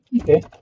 Okay